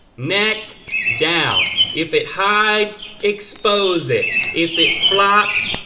neck down. if it hides, expose it. if it flops,